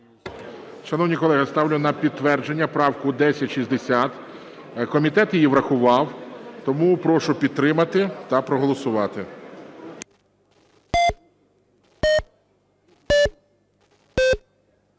Шановні колеги, ставлю на підтвердження правку 1128. Комітет її врахував частково. Тому прошу підтримати та проголосувати